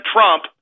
Trump